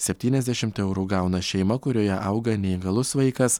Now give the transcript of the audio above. septyniasdešim eurų gauna šeima kurioje auga neįgalus vaikas